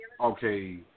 okay